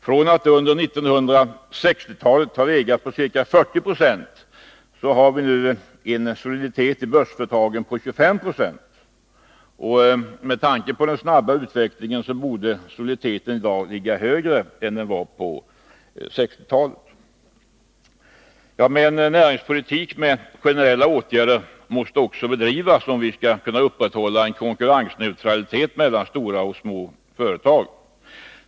Från att under 1960-talet ha legat på ca 40 96 ligger nu soliditeten i börsföretagen på 25 96. Med tanke på den snabba utvecklingen borde soliditeten i dag ligga högre än på 1960-talet. Men en näringspolitik med generella åtgärder måste också bedrivas, om vi skall kunna upprätthålla konkurrensneutralitet mellan stora och små företag.